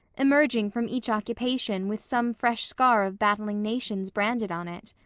emerging from each occupation with some fresh scar of battling nations branded on it.